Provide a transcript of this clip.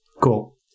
Cool